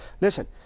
Listen